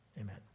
amen